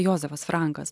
jozefas frankas